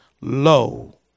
Lo